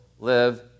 live